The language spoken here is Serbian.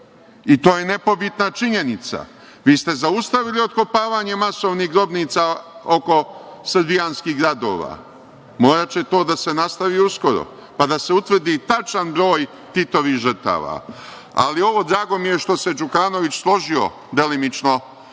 i to je nepobitna činjenica. Vi ste zaustavi otkopavanje masovnih grobnica oko srbijanskih gradova, moraće to da se nastavi uskoro, pa da se utvrdi tačan broj Titovih žrtava. Ali, drago mi je za ovo što se Đukanović složio delimično